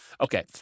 okay